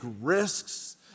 risks